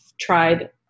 tried